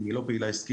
אם היא לא פעילה עסקית